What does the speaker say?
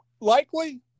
Likely